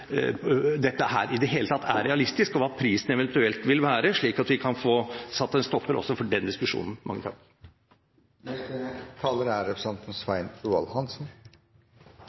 dette i det hele tatt er realistisk, og hva prisen eventuelt ville være, slik at vi kan få satt en stopper også for den diskusjonen.